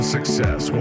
Success